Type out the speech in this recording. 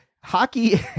hockey